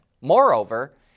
Moreover